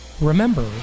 Remember